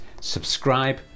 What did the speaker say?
subscribe